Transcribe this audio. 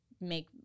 make